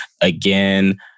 again